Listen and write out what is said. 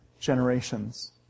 generations